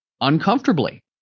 uncomfortably